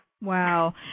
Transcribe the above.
Wow